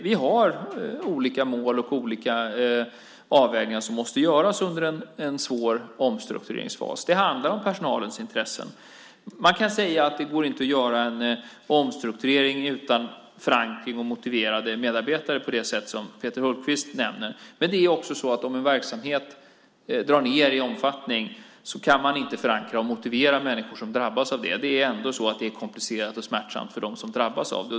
Vi har olika mål, och olika avvägningar måste göras under en svår omstruktureringsfas. Det handlar om personalens intressen. Man kan säga att det inte går att göra en omstrukturering utan förankring och motiverade medarbetare på det sätt som Peter Hultqvist nämner. Men det är också så att man om en verksamhet drar ned i omfattning inte kan förankra och motivera människor som drabbas av detta. Det är ändå komplicerat och smärtsamt för dem som drabbas.